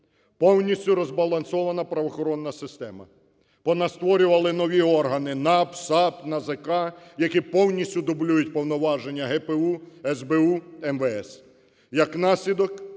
Повністю розбалансована правоохоронна система. Понастворювали нові органи: НАП, САП, НАЗК, - які повністю дублюють повноваження ГПУ, СБУ, МВС.